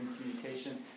communication